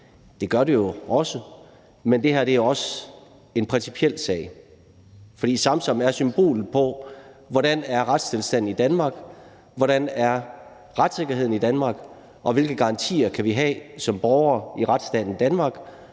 Det gør det også, men det her er også en principiel sag, for Samsam er symbolet på, hvordan retstilstanden er i Danmark, hvordan retssikkerheden er i Danmark, og hvilke garantier vi kan have som borgere i retsstaten Danmark,